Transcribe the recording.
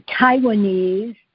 Taiwanese